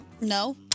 No